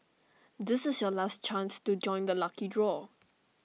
this is your last chance to join the lucky draw